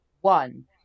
One